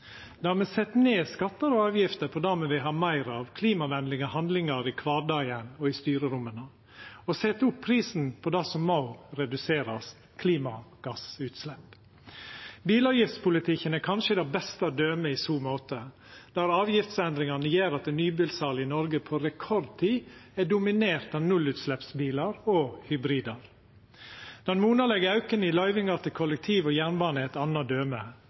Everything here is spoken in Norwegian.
der me set ned skattar og avgifter for det me vil ha meir av, klimavenlege handlingar i kvardagen og i styreromma, og set opp prisen på det som må reduserast, klimagassutslepp. Bilavgiftspolitikken er kanskje det beste dømet i så måte, der avgiftsendringane gjer at nybilsalet i Noreg på rekordtid er dominert av nullutsleppsbilar og hybridbilar. Den monalege auken i løyvingar til kollektivtrafikk og jernbane er eit anna døme.